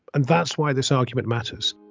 and that's why this argument matters